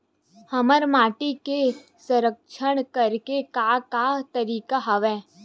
हमर माटी के संरक्षण करेके का का तरीका हवय?